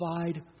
provide